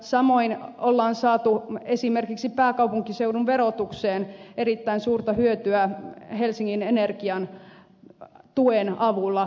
samoin on saatu esimerkiksi pääkaupunkiseudun verotukseen erittäin suurta hyötyä helsingin energian tuen avulla